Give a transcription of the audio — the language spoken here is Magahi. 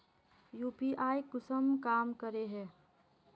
यु.पी.आई कुंसम काम करे है?